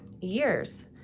years